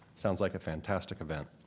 sounds like a fantastic event.